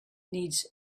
needs